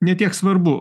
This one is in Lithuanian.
ne tiek svarbu